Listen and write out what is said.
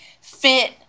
fit